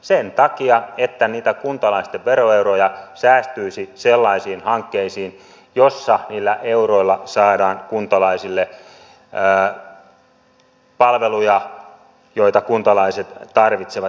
sen takia että niitä kuntalaisten veroeuroja säästyisi sellaisiin hankkeisiin joissa niillä euroilla saadaan kuntalaisille palveluja joita kuntalaiset tarvitsevat